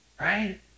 Right